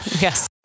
Yes